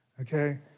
okay